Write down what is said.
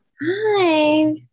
Hi